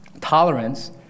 tolerance